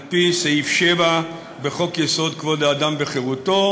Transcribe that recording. על פי סעיף 7 בחוק-יסוד: כבוד האדם וחירותו.